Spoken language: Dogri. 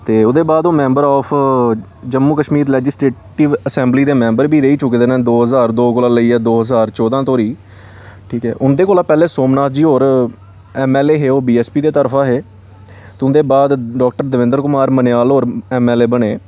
ते ओह्दे बाद ओह् member of Jammu Kashmir legislative assembly दे मैम्बर बी रेही चुके दे न दो ज्हार दो कोला लेइयै दो ज्हार चौदां धीड़ी ठीक ऐ उंंदे कोला पैह्लें सोमनाथ जी होर एम एल ए हे ओह् बीएसपी दे तरफा हे ते उं'दे बाद डाक्टर दविंद्र कुमार मनेयाल होर एम एल ए बने